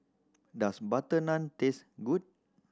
does butter naan taste good